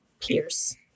pierce